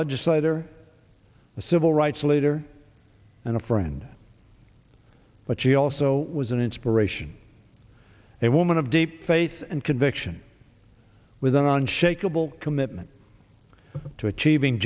legislator a civil rights leader and a friend but she also was an inspiration a woman of deep faith and conviction with an unshakable commitment to achieving